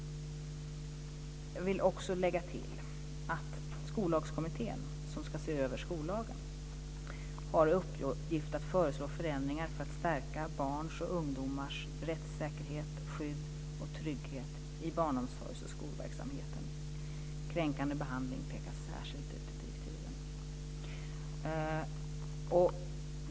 Jag vill också tillägga att Skollagskommittén som ska se över skollagen har i uppgift att föreslå förändringar för att stärka barns och ungdomars rättssäkerhet, skydd och trygghet i barnomsorgs och skolverksamheten. Kränkande behandling pekas särskilt ut i direktiven.